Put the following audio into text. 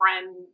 friend